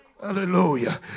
hallelujah